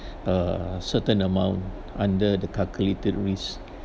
uh certain amount under the calculated risk